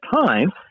time